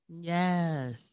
Yes